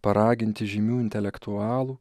paraginti žymių intelektualų